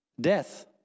Death